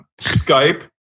Skype